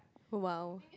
!wow!